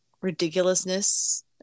ridiculousness